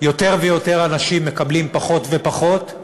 יותר ויותר אנשים מקבלים פחות ופחות,